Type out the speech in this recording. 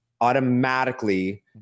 automatically